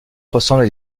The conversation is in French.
ressemblent